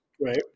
Right